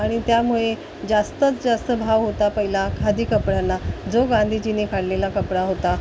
आणि त्यामुळे जास्तीत जास्त भाव होता पहिला खादी कपड्यांना जो गांधीजीने काढलेला कपडा होता